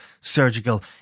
surgical